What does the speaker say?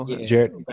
Jared